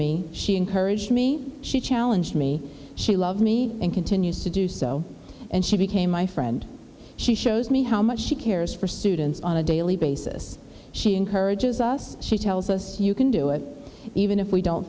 me she encouraged me she challenged me she loved me and continues to do so and she became my friend she shows me how much she cares for students on a daily basis she encourages us she tells us you can do it even if we don't